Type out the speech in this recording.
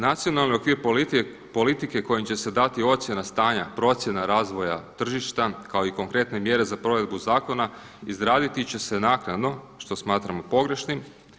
Nacionalni okvir politike kojim će se dati ocjena stanja procjena razvoja tržišta kao i konkretne mjere za provedbu zakona, izraditi će se naknadno, što smatramo pogrešnim.